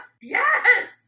yes